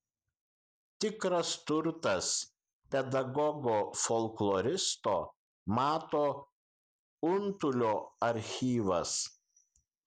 tikras turtas pedagogo folkloristo mato untulio archyvas